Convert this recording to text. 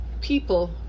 People